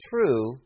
true